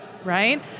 right